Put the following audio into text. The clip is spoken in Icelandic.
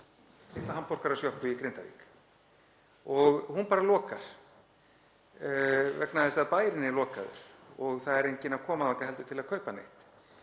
litla hamborgarasjoppu í Grindavík og hún bara lokar vegna þess að bærinn er lokaður og það er enginn að koma þangað heldur til að kaupa neitt.